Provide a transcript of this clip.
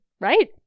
Right